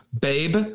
Babe